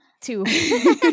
Two